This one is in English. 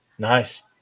Nice